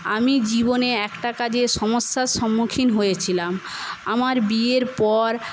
আমি জীবনে একটা কাজে সমস্যার সম্মুখীন হয়েছিলাম আমার বিয়ের পর